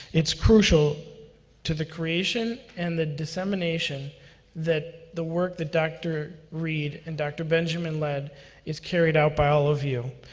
it's crucial to the creation and the dissemination that the work that dr. reed and dr. benjamin led is carried out by all of you.